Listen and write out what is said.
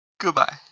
Goodbye